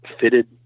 fitted